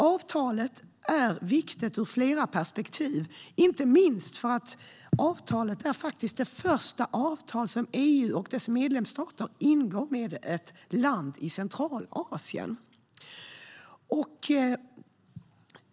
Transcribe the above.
Avtalet är viktigt ur flera perspektiv - inte minst för att det faktiskt är det första avtal som EU och dess medlemsstater ingår med ett land i Centralasien.